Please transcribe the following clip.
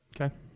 Okay